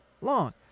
long